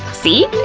see?